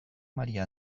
maria